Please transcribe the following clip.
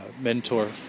mentor